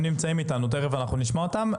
הם נמצאים איתנו, ותכף נשמע אותם.